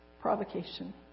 provocation